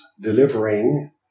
delivering